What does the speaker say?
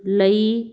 ਲਈ